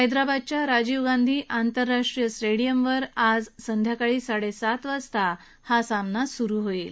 हैदराबादच्या राजीव गांधी आंतराष्ट्रीय स्टेडियमवर आज संध्याकाळी साडेसात वाजता या सामन्याला सुरुवात होईल